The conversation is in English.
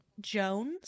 Jones